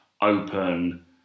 open